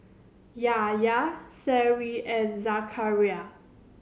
Yahya Seri and Zakaria